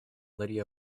lydia